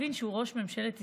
הבין שהוא ראש ממשלת ישראל.